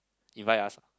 invite us